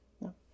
No